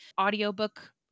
Audiobook